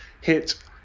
hit